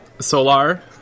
Solar